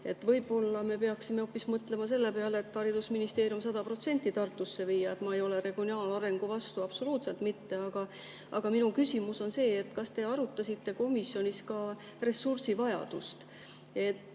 Võib-olla me peaksime hoopis mõtlema selle peale, et haridusministeerium sada protsenti Tartusse viia. Ma ei ole regionaalarengu vastu, absoluutselt mitte. Aga minu küsimus on see, kas te arutasite komisjonis ka ressursivajadust.